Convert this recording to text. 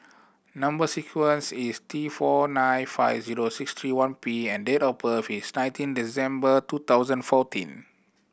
number sequence is T four nine five zero six three one P and date of birth is nineteen December two thousand fourteen